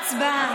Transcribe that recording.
הצבעה.